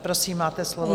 Prosím, máte slovo.